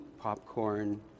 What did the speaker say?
popcorn